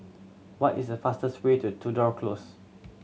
what is the fastest way to Tudor Close